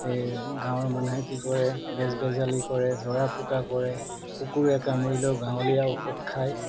এই গাঁৱৰ মানুহে কি কৰে বেজ বেজালি কৰে জৰা ফুকা কৰে কুকুৰে কামুৰিলেও গাঁৱলীয়া ঔষধ খায়